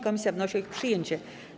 Komisja wnosi o ich przyjęcie.